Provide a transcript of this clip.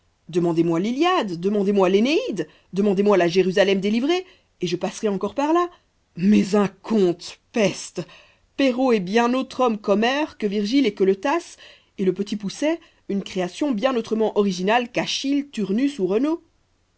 demandez-moi l iliade demandez-moi l énéide demandez-moi la jérusalem délivrée et je passerai encore par là mais un conte peste perrault est un bien autre homme qu'homère que virgile et que le tasse et le petit poucet une création bien autrement originale qu'achille turnus